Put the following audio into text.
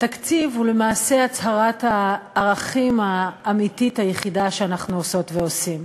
תקציב הוא למעשה הצהרת הערכים האמיתית היחידה שאנחנו עושות ועושים.